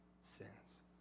sins